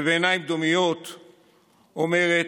ובעיניים דומעות אומרת: